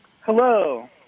Hello